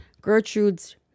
Gertrude's